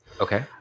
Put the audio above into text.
Okay